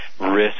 risk